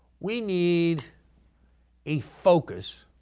we need a focus